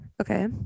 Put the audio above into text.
okay